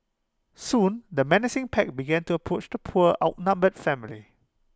soon the menacing pack began to approach the poor outnumbered family